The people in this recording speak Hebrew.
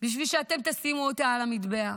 בשביל שאתם תשימו אותה על המזבח.